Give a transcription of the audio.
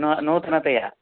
न नूतनतया